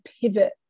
pivot